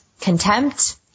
Contempt